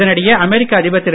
இதனிடையே அமெரிக்க அதிபர் திரு